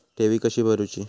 ठेवी कशी भरूची?